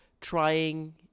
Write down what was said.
trying